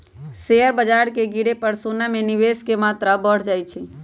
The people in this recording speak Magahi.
शेयर बाजार के गिरे पर सोना में निवेश के मत्रा बढ़ जाइ छइ